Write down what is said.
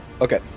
Okay